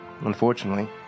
Unfortunately